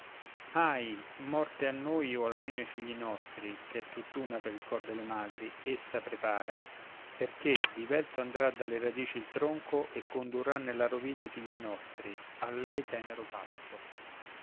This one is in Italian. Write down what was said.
ahi morte a noi o almeno ai figli nostri che è tutt'una per il cor delle madri essa prepara perché divelto andrà dalle radici il tronco e condurrà nella rovina i figli nostri a lei tenero pasto